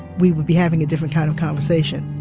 we would be having a different kind of conversation